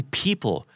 people